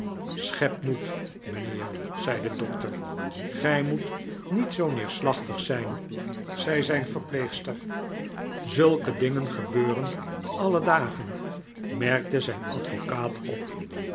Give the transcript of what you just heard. schep moed mijnheer zei de dokter gij moet niet zoo neerslachtig zijn zei zijn verpleegster zulke dingen gebeuren alle dagen merkte zijn advocaat op